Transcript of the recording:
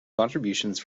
contributions